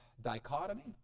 dichotomy